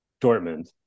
Dortmund